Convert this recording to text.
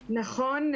נכון.